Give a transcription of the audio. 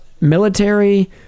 military